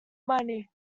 money